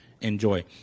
Enjoy